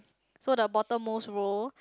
so the bottom most row